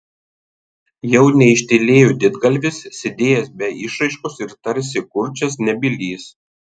jau neištylėjo didgalvis sėdėjęs be išraiškos ir tarsi kurčias nebylys